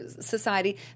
society